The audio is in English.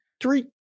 three